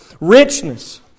richness